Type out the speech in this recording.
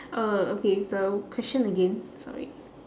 uh okay so question again sorry